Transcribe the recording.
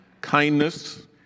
kindness